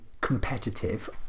competitive